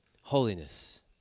holiness